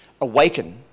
awaken